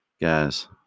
guys